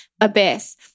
abyss